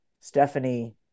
Stephanie